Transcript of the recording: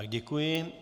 Děkuji.